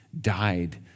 died